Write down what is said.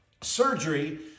Surgery